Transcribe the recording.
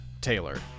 Taylor